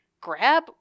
grab